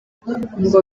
ngo